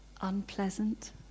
unpleasant